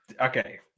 Okay